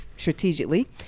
strategically